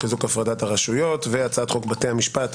חיזוק הפרדת הרשויות והצעת חוק בתי המשפט,